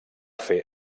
fer